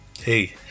hey